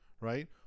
right